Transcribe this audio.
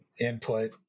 input